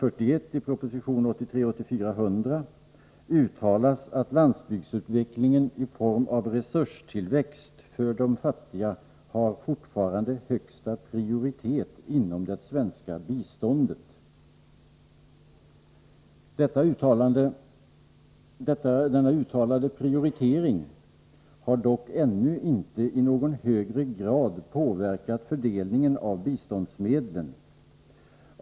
5, proposition 1983/84:100 uttalas: ”Landsbygdsutveckling i form av resurstillväxt för de fattiga har fortfarande högsta prioritet inom det svenska biståndet.” Denna uttalade prioritering har dock ännu inte i någon högre grad påverkat fördelningen av biståndsmedlen.